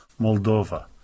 Moldova